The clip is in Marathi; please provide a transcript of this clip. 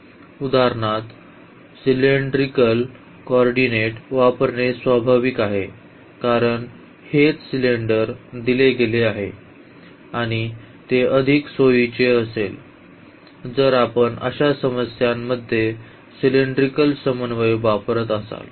उदाहरणार्थ सिलेंड्रिकल को ऑर्डिनेट्स वापरणे स्वाभाविक आहे कारण हेच सिलिंडर दिले गेले आहे आणि ते अधिक सोयीचे असेल जर आपण अशा समस्यांमध्ये सिलेंड्रिकल समन्वय वापरत असाल